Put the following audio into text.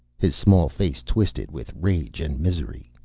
his small face twisted with rage and misery.